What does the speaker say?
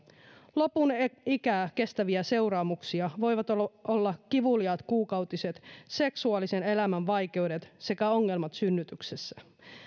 lopun ikää kestäviä seuraamuksia voivat olla olla kivuliaat kuukautiset seksuaalisen elämän vaikeudet sekä ongelmat synnytyksessä